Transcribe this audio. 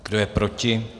Kdo je proti?